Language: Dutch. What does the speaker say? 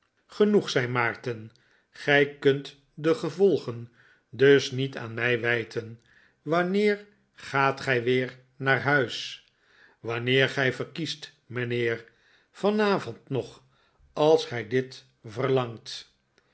genoeg zei lytaarten gij kunt de gevolgen dus niet aan mij wij ten wanneer gaat gij weer naar huis wanneer gij verkiest mijnheer vanavond nog als gij dit verlangt